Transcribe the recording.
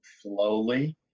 slowly